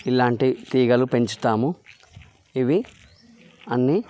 ఇలాంటి తీగలు పెంచుతాము ఇవి అన్నీ